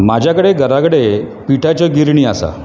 माज्या कडेन घरा कडेन पिठाच्यो गिरणी आसात